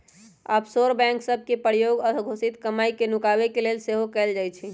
offshore bank सभ के प्रयोग अघोषित कमाई के नुकाबे के लेल सेहो कएल जाइ छइ